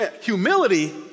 Humility